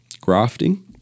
grafting